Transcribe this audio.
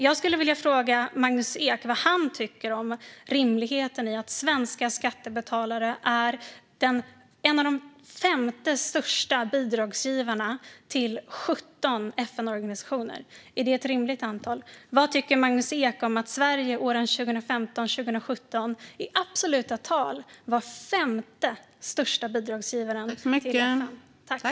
Jag skulle vilja fråga Magnus Ek vad han tycker om rimligheten i att svenska skattebetalare är den femte största bidragsgivaren till 17 FN-organisationer. Är det ett rimligt antal? Vad tycker Magnus Ek om att Sverige under åren 2015-2017 i absoluta tal var den femte största bidragsgivaren till FN?